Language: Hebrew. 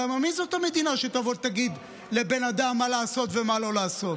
למה מי זאת המדינה שתבוא ותגיד לבן אדם מה לעשות ומה לא לעשות?